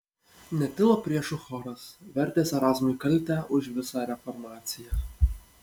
netilo priešų choras vertęs erazmui kaltę už visą reformaciją